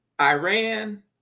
iran